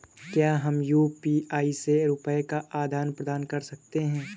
क्या हम यू.पी.आई से रुपये का आदान प्रदान कर सकते हैं?